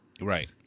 Right